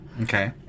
okay